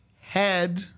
head